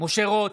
משה רוט,